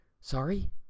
Sorry